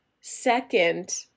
second